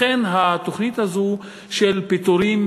לכן, התוכנית הזאת של פיטורים,